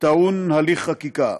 טעון הליך חקיקה,